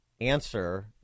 answer